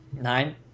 Nine